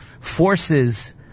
forces